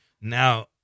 Now